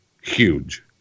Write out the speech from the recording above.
huge